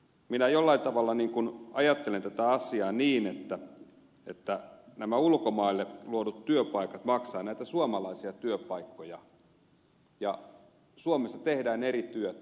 minä ajattelen tätä asiaa jollain tavalla niin että nämä ulkomaille luodut työpaikat maksavat näitä suomalaisia työpaikkoja ja suomessa tehdään eri työtä